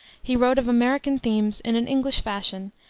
he wrote of american themes in an english fashion,